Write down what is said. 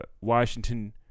Washington